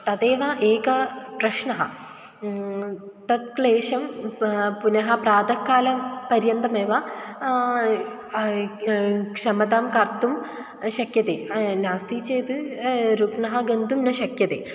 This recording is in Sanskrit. तदेव एकः प्रश्नः तत्क्लेशं प पुनः प्रातःकाल पर्यन्तमेव क्षमतां कर्तुं शक्यते नास्ति चेत् रुग्नः गन्तुं न शक्यते